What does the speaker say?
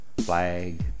flag